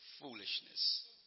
Foolishness